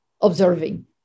observing